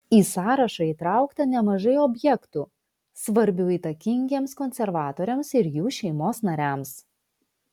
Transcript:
į sąrašą įtraukta nemažai objektų svarbių įtakingiems konservatoriams ir jų šeimos nariams